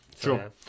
True